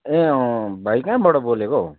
ए अँ अँ भाइ कहाँबाट बोलेकौ